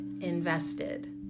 invested